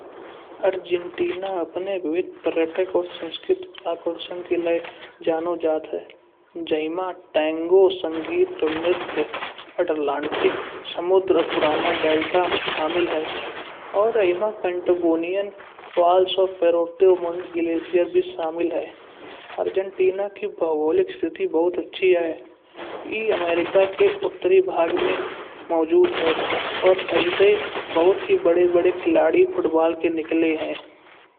अर्जेंटीना अपने विविध पर्यटक और संस्कृति आकर्षण के लिए जानो जात है। जय मा टैंगो संगीत, अटलांटिक समुद्र पुराना डेल्टा शामिल है। और ए मा पल्टागोनिया माउंट ग्लेशियर भी शामिल है। अर्जेंटीना के भौगोलिक स्थिति बहुत अच्छे हैं। ए अमेरिका के उत्तरी बाग़ में मौजूद है। और यही थे बहुत बड़े बड़े खिलाड़ी फुटबॉल के निकले हैं।